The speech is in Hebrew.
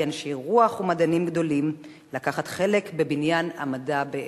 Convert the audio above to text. אנשי רוח ומדענים גדולים לקחת חלק בבניין המדע בארץ-ישראל.